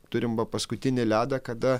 turim va paskutinį ledą kada